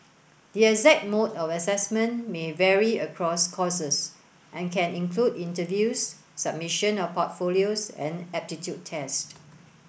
the exact mode of assessment may vary across courses and can include interviews submission of portfolios and aptitude tests